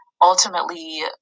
ultimately